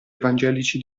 evangelici